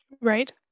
Right